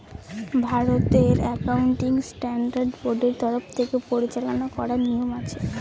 ভারতের accounting standard বোর্ডের তরফ থেকে পরিচালনা করার নিয়ম আছে